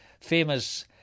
famous